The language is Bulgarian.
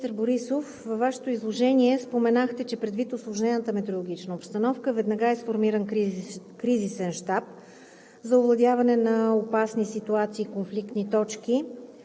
Благодаря Ви, уважаеми господин Председател. Уважаеми министър Борисов, във Вашето изложение споменахте, че предвид усложнената метеорологична обстановка, веднага е сформиран Кризисен щаб